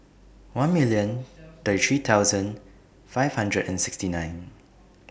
one million thirty three thousand five hundred and sixty nine